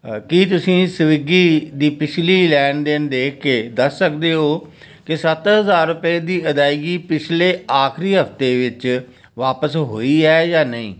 ਕੀ ਤੁਸੀਂਂ ਸਵਿਗੀ ਦੀ ਪਿਛਲੀ ਲੈਣ ਦੇਣ ਦੇਖ ਕੇ ਦੱਸ ਸਕਦੇ ਹੋ ਕਿ ਸੱਤ ਹਜ਼ਾਰ ਰੁਪਏ ਦੀ ਅਦਾਇਗੀ ਪਿਛਲੇ ਆਖਰੀ ਹਫ਼ਤੇ ਵਿੱਚ ਵਾਪਸ ਹੋਈ ਹੈ ਜਾਂ ਨਹੀਂ